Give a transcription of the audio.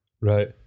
Right